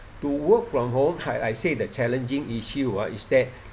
to work from home I I say the challenging issue ah is that